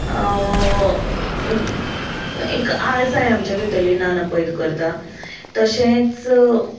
एक आळसाय आमच्या भितरली नानपयत करता तशेंच